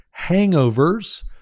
hangovers